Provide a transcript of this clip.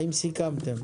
האם סיכמתם?